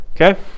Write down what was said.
Okay